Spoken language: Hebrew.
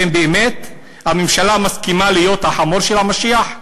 האם באמת הממשלה מסכימה להיות החמור של המשיח,